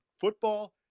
football